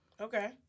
Okay